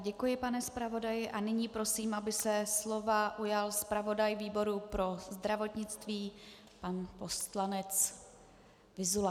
Děkuji, pane zpravodaji, a nyní prosím, aby se slova ujal zpravodaj výboru pro zdravotnictví pan poslanec Vyzula.